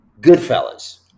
Goodfellas